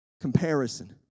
comparison